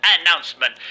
announcement